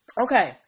Okay